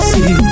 See